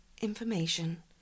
information